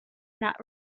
not